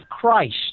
Christ